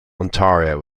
ontario